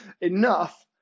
enough